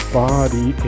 body